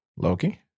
Loki